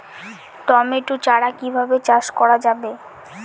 Tomato চারা কিভাবে চাষ করা যাবে?